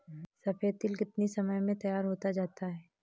सफेद तिल कितनी समय में तैयार होता जाता है?